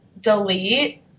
delete